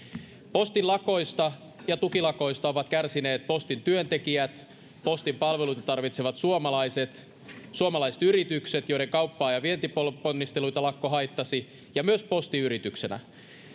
postin lakosta ja tukilakoista ovat kärsineet postin työntekijät postin palveluita tarvitsevat suomalaiset suomalaiset yritykset joiden kauppaa ja vientiponnisteluja lakko haittasi ja myös posti yrityksenä